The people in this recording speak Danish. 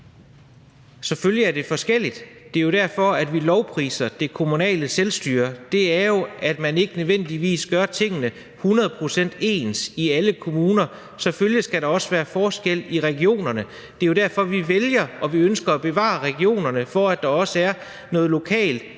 Selvfølgelig er det forskelligt. Det er jo derfor, vi lovpriser det kommunale selvstyre. Det betyder jo, at man ikke nødvendigvis gør tingene hundrede procent ens i alle kommuner. Og selvfølgelig skal der også være forskel i regionerne. Det er jo derfor, vi ønsker at bevare regionerne – for at der også er noget lokal